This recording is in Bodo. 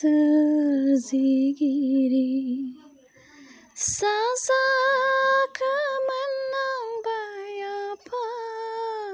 सोरजिगिरि साजाखौ मोन्नांबाय आफा